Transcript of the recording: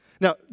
Now